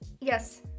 Yes